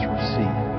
Receive